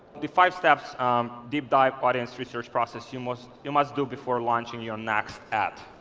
the five steps deep-dive audience research process you must you must do before launching your next ad.